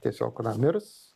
tiesiog mirs